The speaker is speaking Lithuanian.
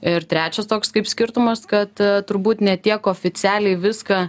ir trečias toks kaip skirtumas kad turbūt ne tiek oficialiai viską